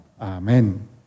amen